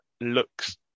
looks